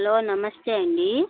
hello నమస్తే అండి